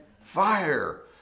fire